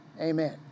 Amen